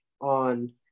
on